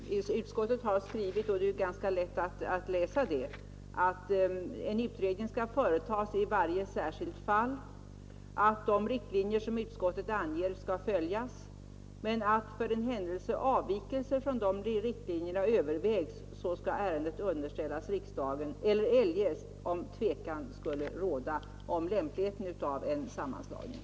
Herr talman! Utskottet har skrivit — och det är ganska lätt att läsa det — att en utredning skall företas i varje särskilt fall, att de riktlinjer utskottet anger skall följas men att för den händelse avvikelse från de riktlinjerna övervägs ärendet skall underställas riksdagen ävensom eljest om tvekan skulle råda om lämpligheten av en sammanslagning.